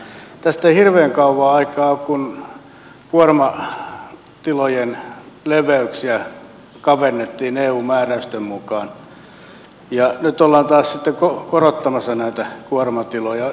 tästä ei hirveän kauaa aikaa ole kun kuormatilojen leveyksiä kavennettiin eu määräysten mukaan ja nyt ollaan taas sitten korottamassa näitä kuormatiloja